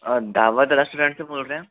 आप दावत रेस्टोरेंट से बोल रहे हैं